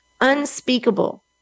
unspeakable